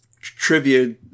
trivia